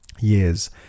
years